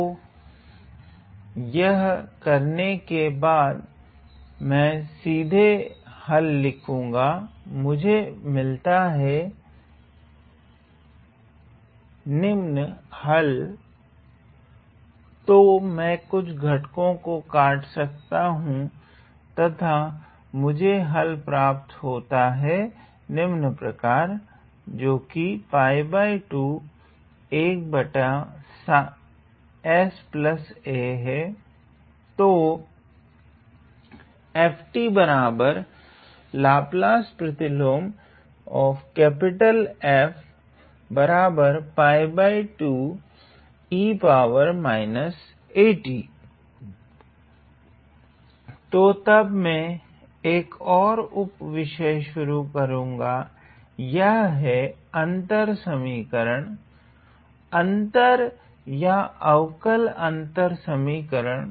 तो यह करने के बाद मे सीधे हल लिखुगा मुझे मिलता है तो मैं कुछ घटको को काट सकता हूँ तथा मुझे हल प्राप्त होता हैं तो तो तब मैं एक ओर उप विषय शुरू करूंगा वह है अंतर समीकरण अंतर या अवकल अंतर समीकरण